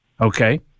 Okay